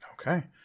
Okay